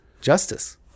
justice